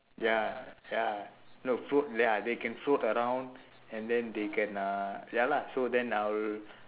ya ya no float ya they can float around and then they can uh ya lah so then I will